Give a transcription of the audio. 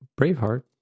Braveheart